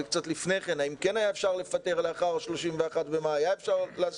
קצת לפני כן האם כן היה אפשר לפטר לאחר ה-31 במאי או לא